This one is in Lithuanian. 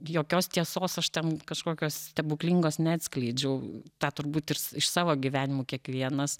jokios tiesos aš ten kažkokios stebuklingos neatskleidžiau tą turbūt iš savo gyvenimų kiekvienas